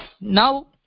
now